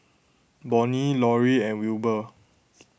Bonnie Lauri and Wilbur